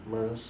merc